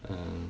uh